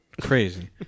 Crazy